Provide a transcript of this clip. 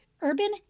Urban